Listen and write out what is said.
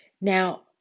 Now